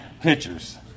pictures